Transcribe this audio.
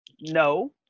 No